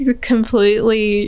completely